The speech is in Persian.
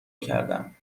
کردم